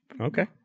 Okay